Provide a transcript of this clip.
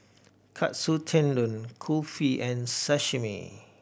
Katsu Tendon Kulfi and Sashimi